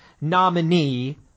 nominee